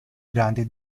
grandi